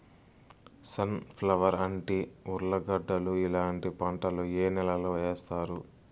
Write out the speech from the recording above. Sun flower, అంటి, ఉర్లగడ్డలు ఇలాంటి పంటలు ఏ నెలలో వేస్తారు?